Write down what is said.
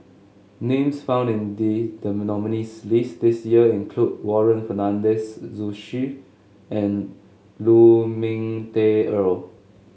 names found in the the nominees' list this year include Warren Fernandez Zhu Xu and Lu Ming Teh Earl